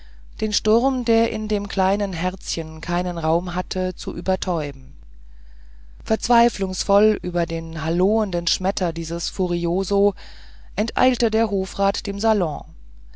den sturm der in dem kleinen herzchen keinen raum hatte zu übertäuben verzweiflungsvoll über den halloenden schmetter dieses furioso enteilte der hofrat dem salon